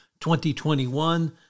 2021